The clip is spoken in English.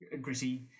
gritty